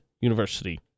University